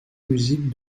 musiques